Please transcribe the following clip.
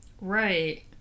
right